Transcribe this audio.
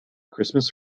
christmas